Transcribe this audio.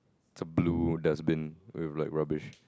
it's a blue dustbin with like rubbish